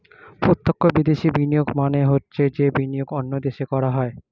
প্রত্যক্ষ বিদেশি বিনিয়োগ মানে হচ্ছে যে বিনিয়োগ অন্য দেশে করা হয়